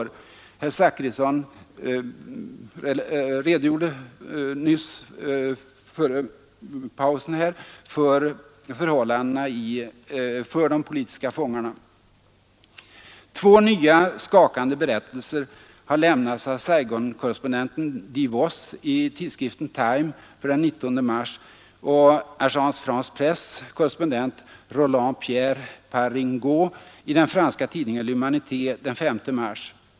Herr Zachrisson redogjorde före middagspausen för de politiska fångarnas förhållanden. Två nya skakande berättelser har lämnats av Saigonkorrespondenten DeVoss i tidskriften Time den 19 mars och Agence France Presse-korrespondenten Roland-Pierre Paringaux i den franska tidningen I'Humanité den 5 mars.